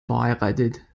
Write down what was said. verheiratet